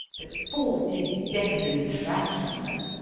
but forced his decadent trash on us.